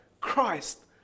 Christ